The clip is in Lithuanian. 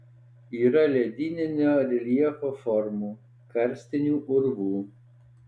yra ledyninio reljefo formų karstinių urvų